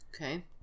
Okay